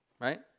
Right